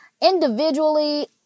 Individually